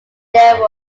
there